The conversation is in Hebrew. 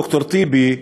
ד"ר טיבי,